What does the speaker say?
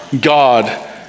God